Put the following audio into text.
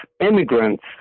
immigrants